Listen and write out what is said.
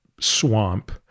swamp